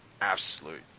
absolute